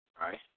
right